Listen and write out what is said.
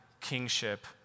kingship